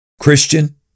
Christian